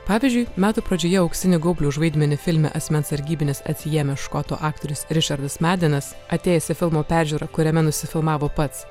pavyzdžiui metų pradžioje auksinį gaublį už vaidmenį filme asmens sargybinis atsiėmęs škotų aktorius richardas medenas atėjęs į filmo peržiūrą kuriame nusifilmavo pats